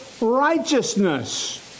righteousness